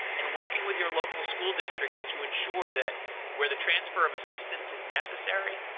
and working with your local school districts to ensure that where the transfer of assistance is necessary,